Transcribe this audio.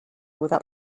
without